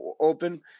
open